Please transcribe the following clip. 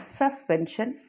suspension